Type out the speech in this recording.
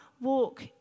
walk